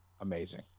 amazing